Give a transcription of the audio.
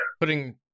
putting